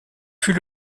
fut